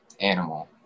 animal